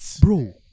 Bro